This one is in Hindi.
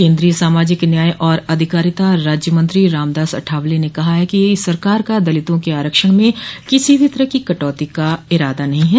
केन्द्रीय सामाजिक न्याय और अधिकारिता राज्य मंत्री रामदास अठावले ने कहा है कि सरकार का दलितों के आरक्षण में किसी भी तरह की कटौती का इरादा नहीं है